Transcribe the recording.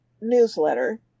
newsletter